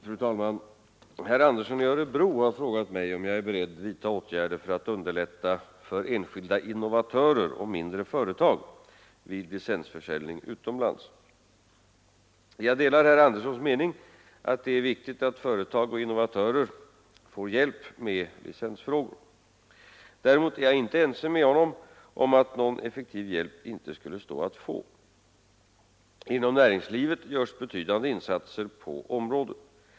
Fru talman! Herr Andersson i Örebro har frågat mig om jag är beredd vidtaga åtgärder för att underlätta för enskilda innovatörer och mindre företag vid licensförsäljning utomlands. Jag delar herr Anderssons mening att det är viktigt att företag och innovatörer får hjälp med licensfrågor. Däremot är jag inte ense med honom om att någon effektiv hjälp inte skulle stå att få. Inom näringslivet görs betydande insatser på området.